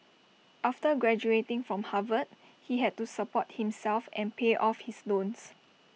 after graduating from Harvard he had to support himself and pay off his loans